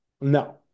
no